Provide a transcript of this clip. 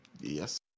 Yes